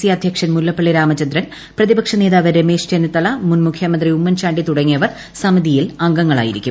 C അദ്ധ്യക്ഷൻ മുല്ലപ്പള്ളി രാമചന്ദ്രൻ പ്രതിപക്ഷ നേതാവ് രമേശ് പ്ലെന്നിത്തല മുൻ മുഖ്യമന്ത്രി ഉമ്മൻചാണ്ടി തുടങ്ങിയവർ സ്മീതിയിൽ അംഗങ്ങളായിരിക്കും